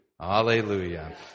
Hallelujah